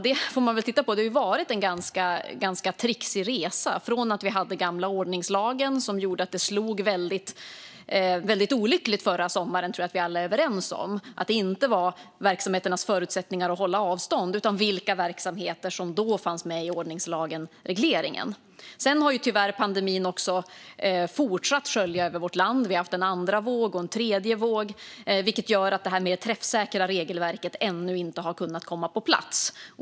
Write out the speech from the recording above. Det har varit en ganska trixig resa från att vi hade den gamla ordningslagen som gjorde att det slog väldigt olyckligt förra sommaren. Jag tror att vi alla är överens om att det inte var verksamheternas förutsättningar att hålla avstånd som det handlade om utan vilka verksamheter som då fanns med i regleringen i ordningslagen. Sedan har pandemin tyvärr också fortsatt skölja över vårt land. Vi har haft en andra våg och en tredje våg, vilket har gjort att det träffsäkra regelverket ännu inte har kunnat komma på plats.